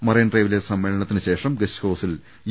marine ഡ്രൈഡിലെ സമ്മേളനത്തിന് ശേഷം ഗസ്റ്റ് ഹൌസിൽ യു